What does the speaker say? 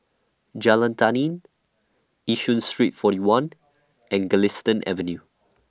Jalan Tani Yishun Street forty one and Galistan Avenue